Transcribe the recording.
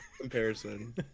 comparison